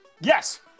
Yes